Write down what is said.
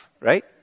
right